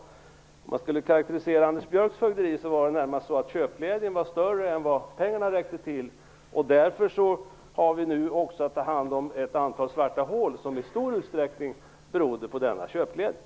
För att karakterisera Anders Björcks fögderi vill jag närmast säga att köpglädjen var större än det som pengarna räckte till för. Därför har vi nu att ta hand om ett antal svarta hål som i stor utsträckning beror på denna köpglädje.